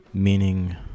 Meaning